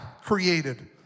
created